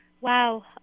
Wow